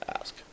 ask